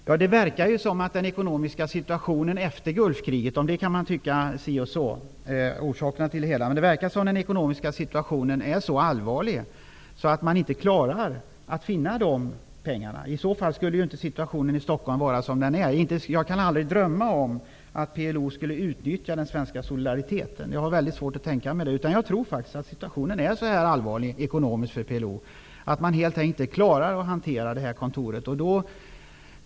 Herr talman! Det verkar som om den ekonomiska situationen efter Gulfkriget -- man kan tycka si och så om orsakerna till det -- är så allvarlig att PLO inte klarar att finna pengarna till detta. I så fall skulle inte situationen i Stockholm vara så som den är. Jag kan aldrig drömma om att PLO utnyttjar den svenska solidariteten. Jag tror faktiskt att den ekonomiska situationen är så allvarlig att PLO helt enkelt inte klarar att hantera kontoret här.